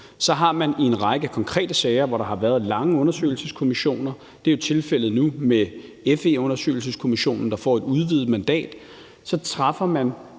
Så har man en række konkrete sager, hvor der har været lange undersøgelseskommissioner – det er jo tilfældet nu med FE-undersøgelseskommissionen, der får et udvidet mandat. Så træffer man